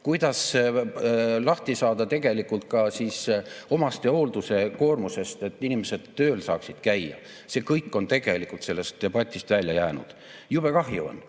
Kuidas lahti saada omastehoolduse koormusest, et inimesed saaksid tööl käia? See kõik on tegelikult sellest debatist välja jäänud. Jube kahju on.